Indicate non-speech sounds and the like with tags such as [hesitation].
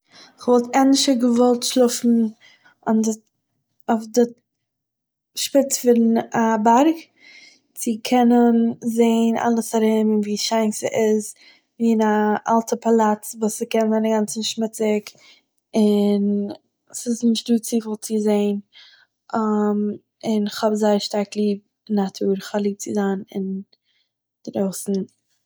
כ'וואלט ענדערשער געוואלט שלאפן אויף- אויף דער שפיץ פון א בארג, צו קענען זעהן אלעס ארום, ווי שיין ס'איז, ווי אין א אלטע פאלאץ וואו ס'קען זיין אינגאנצן שמוציג און ס'איז נישטא צופיל צו זעהן [hesitation] און כ'האב זייער שטארק ליב נאטור, כ'האב ליב צו זיין אינדרויסן